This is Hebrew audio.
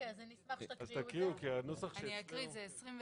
אז אני אקריא, זה 29ג(ב)